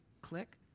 Click